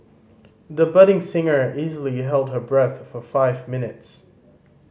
the budding singer easily held her breath for five minutes